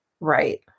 Right